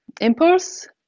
impulse